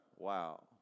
Wow